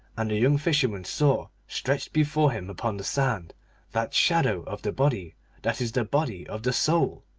and the young fisherman saw stretched before him upon the sand that shadow of the body that is the body of the soul.